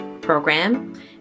program